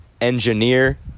engineer